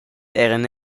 eran